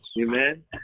Amen